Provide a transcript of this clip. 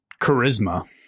charisma